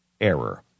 error